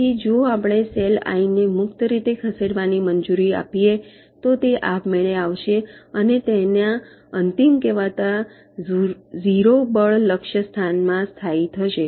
તેથી જો આપણે સેલ આઈ ને મુક્ત રીતે ખસેડવાની મંજૂરી આપીએ તો તે આપમેળે આવશે અને તેના અંતિમ કહેવાતા 0 બળ લક્ષ્ય સ્થાન માં સ્થાયી થશે